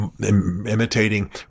imitating